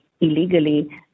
illegally